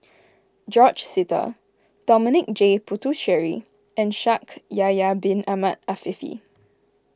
George Sita Dominic J Puthucheary and Shaikh Yahya Bin Ahmed Afifi